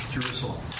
Jerusalem